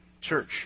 church